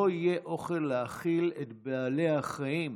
לא יהיה אוכל להאכיל את בעלי החיים,